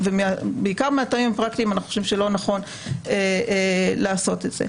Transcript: בעיקר מהטעמים הפרקטיים אנחנו חושבים שלא נכון לעשות את זה.